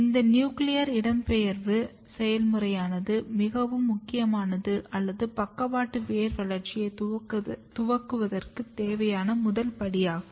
இந்த நியூக்ளியர் இடம்பெயர்வு செயல்முறையானது மிகவும் முக்கியமானது அல்லது பக்கவாட்டு வேர் வளர்ச்சி துவக்கத்திற்கு தேவையான முதல் படியாகும்